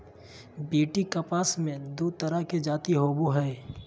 BT कपास मे दू तरह के जाति होबो हइ